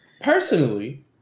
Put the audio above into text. personally